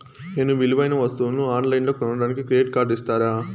నేను విలువైన వస్తువులను ఆన్ లైన్లో కొనడానికి క్రెడిట్ కార్డు ఇస్తారా?